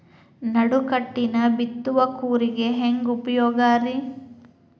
ನಡುಕಟ್ಟಿನ ಬಿತ್ತುವ ಕೂರಿಗೆ ಹೆಂಗ್ ಉಪಯೋಗ ರಿ?